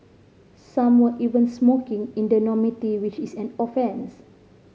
some were even smoking in the dormitory which is an offence